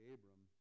Abram